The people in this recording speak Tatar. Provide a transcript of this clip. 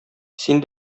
син